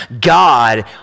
God